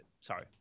Sorry